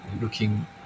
looking